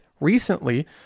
recently